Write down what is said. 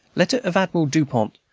letter of admiral dupont,